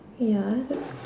ya that's